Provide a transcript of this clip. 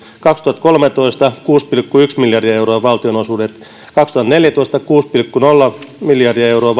kaksituhattakolmetoista valtionosuudet olivat kuusi pilkku yksi miljardia euroa kaksituhattaneljätoista valtionosuudet olivat kuusi pilkku nolla miljardia euroa